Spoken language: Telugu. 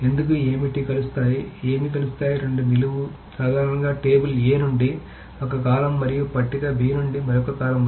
ఎందుకు ఏమిటి కలుస్తాయి ఏమి కలుస్తాయి రెండు నిలువు సాధారణంగా టేబుల్ A నుండి ఒక కాలమ్ మరియు పట్టిక B నుండి మరొక కాలమ్ లో